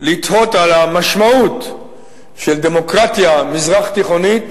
לתהות על המשמעות של דמוקרטיה מזרח-תיכונית